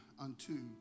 unto